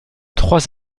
trois